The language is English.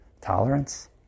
tolerance